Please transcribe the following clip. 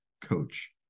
coach